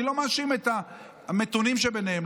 אני לא מאשים את המתונים שביניהם,